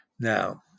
Now